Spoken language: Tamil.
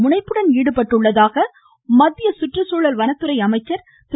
முனைப்புடன் ஈடுபட்டுள்ளதாக மத்திய சுற்றுச்சூழல் வனத்துறை அமைச்சர் திரு